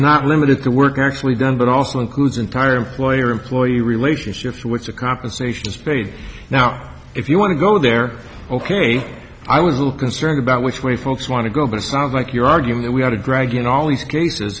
not limited to work actually done but also includes entire employer employee relationship which the compensation speed now if you want to go there ok i was a little concerned about which way folks want to go but sounds like you're arguing that we ought to drag in all these cases